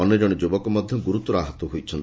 ଅନ୍ୟ ଜଣେ ଯୁବକ ମଧ୍ୟ ଗୁରୁତର ହୋଇଛନ୍ତି